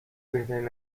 بهترین